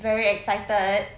very excited